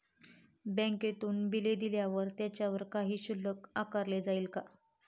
बँकेतून बिले दिल्यावर त्याच्यावर काही शुल्क आकारले जाईल का?